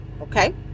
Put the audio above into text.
Okay